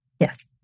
Yes